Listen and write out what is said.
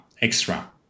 extra